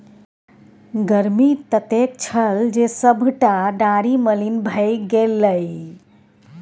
गर्मी ततेक छल जे सभटा डारि मलिन भए गेलै